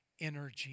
energy